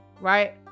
right